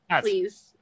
please